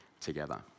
together